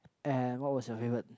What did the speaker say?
and what was your favourite